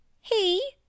He